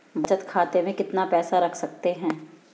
बचत खाते में कितना पैसा रख सकते हैं?